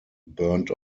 burned